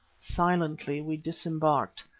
silently we disembarked,